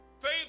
Faith